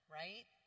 right